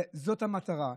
וזו המטרה.